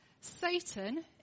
Satan